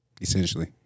essentially